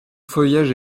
feuillage